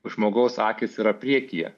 žmogaus akys yra priekyje